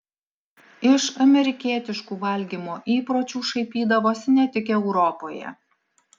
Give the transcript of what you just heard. iš amerikietiškų valgymo įpročių šaipydavosi ne tik europoje